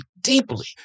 deeply